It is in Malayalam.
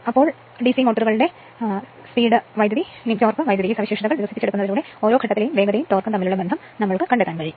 അതിനാൽ ഡിസി മോട്ടോറുകളുടെ സ്പീഡ് കറന്റ് ടോർക്ക് കറന്റ് സവിശേഷതകൾ വികസിപ്പിച്ചെടുത്താൽ ഓരോ ഘട്ടത്തിലെയും വേഗതയും ടോർക്കും തമ്മിലുള്ള ബന്ധം കണ്ടെത്താൻ കഴിയും